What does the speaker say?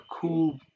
cool